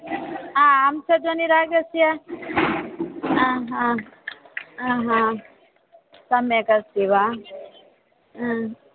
आ हंसध्वनिरागस्य आ ह आ ह सम्यक् अस्ति वा आ